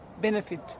benefit